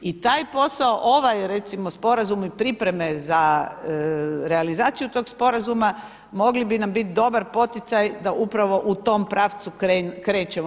I taj posao ovaj, recimo sporazum i pripreme za realizaciju tog sporazuma mogli bi nam biti dobar poticaj da upravo u tom pravcu krećemo.